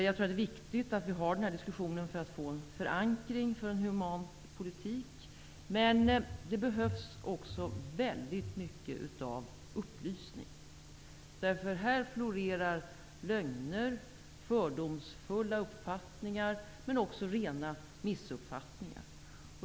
Jag tror att det är viktigt att vi har den här diskussionen för att få en förankring för en human politik. Men det behövs också mycket upplysning. Här florerar lögner och fördomsfulla uppfattningar, men det förekommer också rena missuppfattningar.